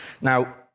Now